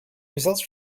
results